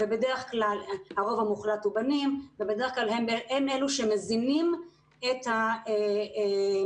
הרוב המוחלט הוא בנים ובדרך כלל הם אלה שמזינים את התרבותי-ייחודי.